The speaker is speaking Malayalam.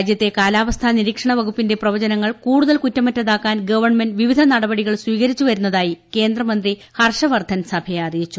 രാജ്യത്തെ കാലാവസ്ഥാ നിരീക്ഷണ വകുപ്പിന്റെ പ്രവചനങ്ങൾ കൂടുതൽ കുറ്റമറ്റതാക്കാൻ ഗവൺമെന്റ് വിവിധ നടപടികൾ സ്വീകരിച്ചു വരുന്നതായി കേന്ദ്രമന്ത്രി ഹർഷവർദ്ധൻ സഭയെ അറിയിച്ചു